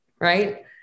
right